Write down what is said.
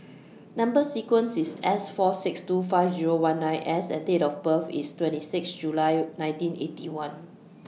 Number sequence IS S four six two five Zero one nine S and Date of birth IS twenty six July nineteen Eighty One